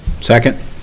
Second